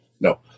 No